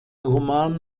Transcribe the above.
roman